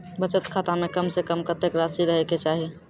बचत खाता म कम से कम कत्तेक रासि रहे के चाहि?